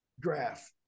graph